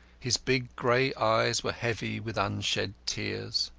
his big grey eyes were heavy with unshed tears.